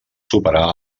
superar